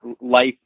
life